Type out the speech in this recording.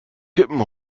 kippen